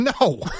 No